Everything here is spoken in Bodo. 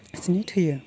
हारसिङै थैयो